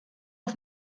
auf